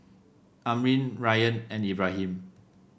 Amrin Ryan and Ibrahim